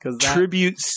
Tribute